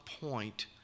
point